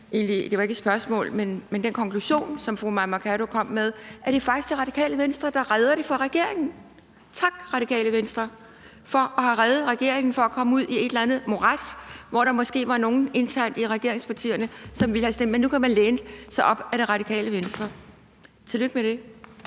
Og jeg synes egentlig, at den konklusion, som fru Mai Mercado kom med, altså at det faktisk er Radikale Venstre, der redder det for regeringen, er interessant. Tak, Radikale Venstre, for at have reddet regeringen fra at komme ud i et eller andet morads, hvor der måske var nogle internt i regeringspartierne, som ville have stemt anderledes, men nu kan man læne sig op ad Radikale Venstre – tillykke med det.